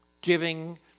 giving